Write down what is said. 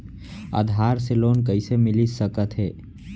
आधार से लोन कइसे मिलिस सकथे?